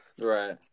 Right